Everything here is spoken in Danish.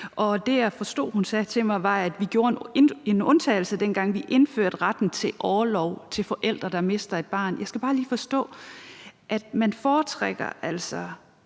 sagde til mig, var, at vi gjorde en undtagelse, dengang vi indførte retten til orlov til forældre, der mister et barn. Jeg skal bare lige forstå det, altså man foretrækker